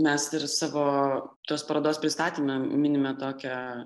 mes ir savo tos parodos pristatyme minime tokią